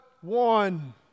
one